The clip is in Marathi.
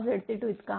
Zc22इतका आहे